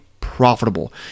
profitable